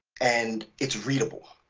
and it's readable.